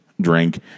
drink